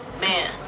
man